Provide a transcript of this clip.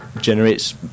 generates